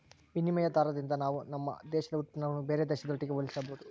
ವಿನಿಮಯ ದಾರದಿಂದ ನಾವು ನಮ್ಮ ದೇಶದ ಉತ್ಪನ್ನಗುಳ್ನ ಬೇರೆ ದೇಶದೊಟ್ಟಿಗೆ ಹೋಲಿಸಬಹುದು